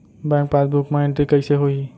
Bank passbook मा entry कइसे होही?